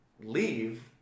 leave